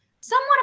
somewhat